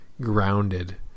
grounded